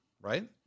right